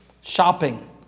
shopping